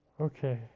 Okay